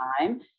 time